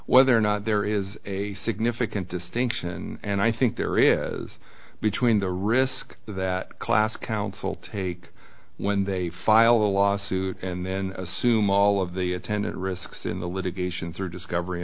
whether or not there is a significant distinction and i think there is between the risk that class council take when they file a lawsuit and then assume all of the attendant risks in the litigation through discovery